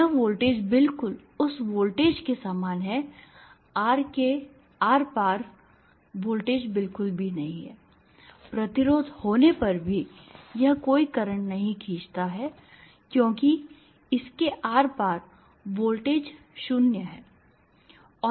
यह वोल्टेज बिल्कुल उस वोल्टेज के समान है R के आर पार वोल्टेज बिल्कुल भी नहीं है प्रतिरोध होने पर भी यह कोई करंट नहीं खींचता है क्योंकि इसके आर पार वोल्टेज 0 है